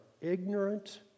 ignorant